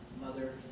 mother